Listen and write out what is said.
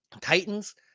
Titans